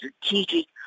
strategic